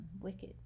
Wicked